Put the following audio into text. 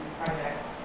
projects